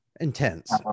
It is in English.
intense